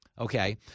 Okay